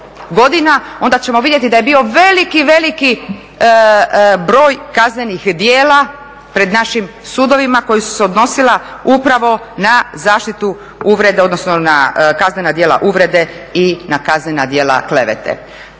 onda ćemo vidjeti da je bio veliki, veliki broj kaznenih djela pred našim sudovima koja su se odnosila upravo na zaštitu uvrede odnosno na kaznena djela uvrede i na kaznena djela klevete.